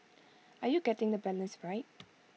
are you getting the balance right